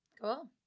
Cool